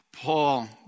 Paul